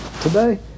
today